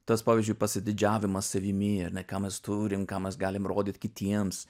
tas pavyzdžiui pasididžiavimas savimi ar ne ką mes turim ką mes galim rodyt kitiems